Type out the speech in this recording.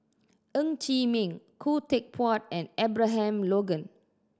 Ng Chee Meng Khoo Teck Puat and Abraham Logan